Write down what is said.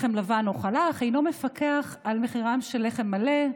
לחם לבן או חלה אך אינו מפקח על מחירם של לחם מלא,